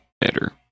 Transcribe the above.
better